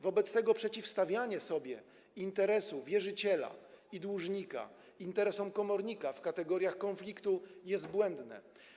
Wobec tego przeciwstawianie interesu wierzyciela i dłużnika interesom komornika w kategoriach konfliktu jest błędne.